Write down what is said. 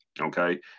okay